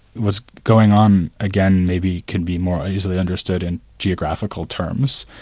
what's going on again, maybe could be more easily understood in geographical terms,